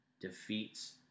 defeats